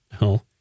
No